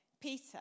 Peter